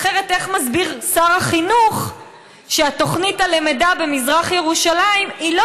אחרת איך מסביר שר החינוך שהתוכנית הנלמדת במזרח ירושלים היא לא